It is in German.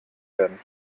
werden